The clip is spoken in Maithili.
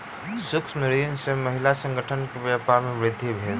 सूक्ष्म ऋण सॅ महिला संगठन के व्यापार में वृद्धि भेल